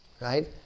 right